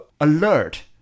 alert